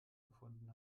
gefunden